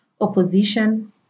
Opposition